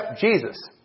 Jesus